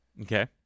Okay